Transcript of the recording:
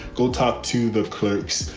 go talk to the clerks,